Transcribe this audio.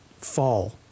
fall